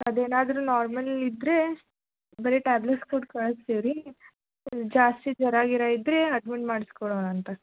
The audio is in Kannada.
ಅದು ಏನಾದರು ನಾರ್ಮಲ್ ಇದ್ದರೆ ಬರಿ ಟ್ಯಾಬ್ಲೆಟ್ಸ್ ಕೊಟ್ಟು ಕಳ್ಸ್ತೀವಿ ರೀ ಜಾಸ್ತಿ ಜ್ವರ ಗಿರ ಇದ್ದರೆ ಅಡ್ಮಿಟ್ ಮಾಡ್ಸ್ಕೊಳ್ಳೋಣ ಅಂತ